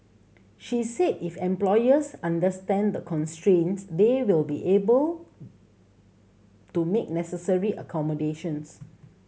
she said if employers understand the constraints they will be able to make the necessary accommodations